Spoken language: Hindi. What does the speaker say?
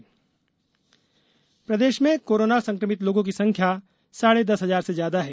कोरोना प्रदेश प्रदेश में कोरोना संक्रमित लोगों की संख्या साढ़े दस हजार से ज्यादा है